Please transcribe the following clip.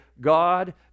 god